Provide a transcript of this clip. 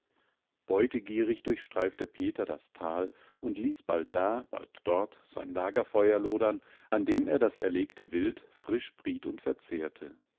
beutegierig durchstreifte peter das tal und ließ bald da bald dort sein lagerfeuer lodern an dem er das erlegte wild frisch briet und verzehrte